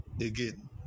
again